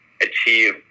achieve